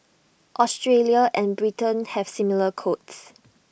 Australia and Britain have similar codes